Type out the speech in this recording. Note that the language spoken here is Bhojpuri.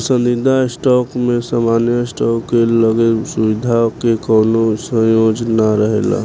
पसंदीदा स्टॉक में सामान्य स्टॉक के लगे सुविधा के कवनो संयोजन ना रहेला